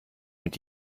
mit